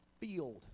field